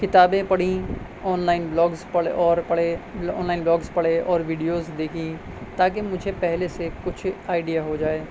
کتابیں پڑھیں online blogs پڑ اور پڑھے آنلائن بلاگز پڑھے ویڈیوز دیکھیں تاکہ مجھے پہلے سے کچھ آئیڈیا ہوجائے